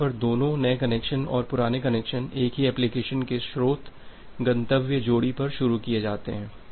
जहां पर दोनों नए कनेक्शन और पुराने कनेक्शन एक ही एप्लीकेशन के स्रोत गंतव्य जोड़ी पर शुरू किए जाते हैं